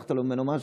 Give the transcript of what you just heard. חסכת ממנו משהו.